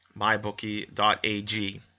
mybookie.ag